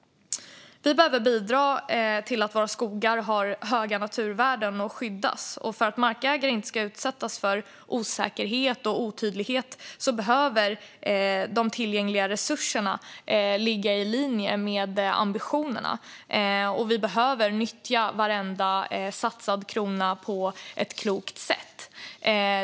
Vi behöver bidra till att våra skogar har höga naturvärden och skyddas. För att markägare inte ska utsättas för osäkerhet och otydlighet behöver de tillgängliga resurserna ligga i linje med ambitionerna, och vi behöver nyttja varenda satsad krona på ett klokt sätt.